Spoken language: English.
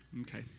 okay